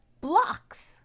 blocks